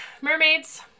mermaids